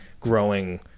growing